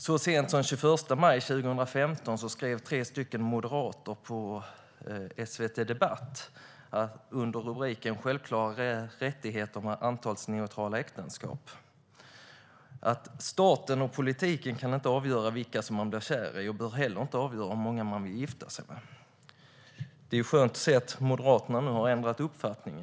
Så sent som den 21 maj 2015 skrev tre moderater på SVT Opinion under rubriken "Självklar rättighet med antalsneutrala äktenskap": "Staten och politiker kan inte avgöra vilka som man blir kär i och bör heller inte avgöra hur många man vill gifta sig med." Det är skönt att se att Moderaterna nu har ändrat uppfattning.